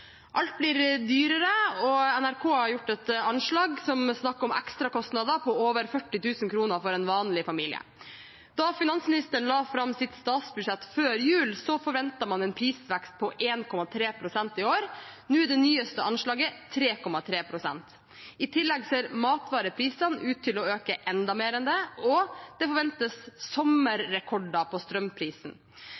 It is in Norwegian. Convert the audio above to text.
Alt blir dyrere, og NRK har gjort et anslag som snakket om ekstrakostnader på over 40 000 kr for en vanlig familie. Da finansministeren la fram sitt statsbudsjett før jul, forventet man en prisvekst på 1,3 pst. i år. Nå er det nyeste anslaget 3,3 pst. I tillegg ser matvareprisene ut til å øke enda mer enn det, og det forventes